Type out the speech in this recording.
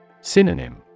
Synonym